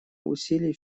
усилий